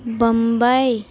Bombay